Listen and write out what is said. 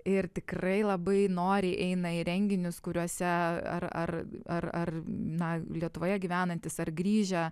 ir tikrai labai noriai eina į renginius kuriuose ar ar ar ar na lietuvoje gyvenantys ar grįžę